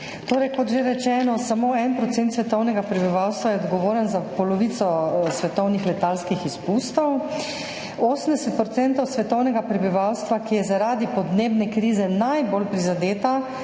odgovor. Kot že rečeno, je samo 1 % svetovnega prebivalstva odgovoren za polovico svetovnih letalskih izpustov, 80 % svetovnega prebivalstva, ki je zaradi podnebne krize najbolj prizadeto,